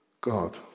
God